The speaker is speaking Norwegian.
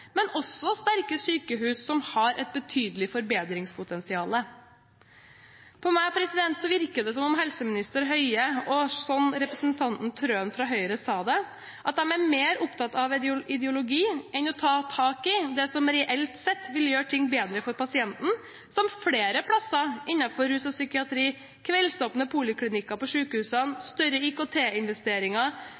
men også sterke sykehus som har et betydelig forbedringspotensial. På meg virker det som om helseminister Høie – og som representanten Wilhelmsen Trøen fra Høyre nevnte – er mer opptatt av ideologi enn av å ta tak i det som reelt sett vil gjøre ting bedre for pasientene, som flere plasser innenfor rus og psykiatri, kveldsåpne poliklinikker på sykehusene, større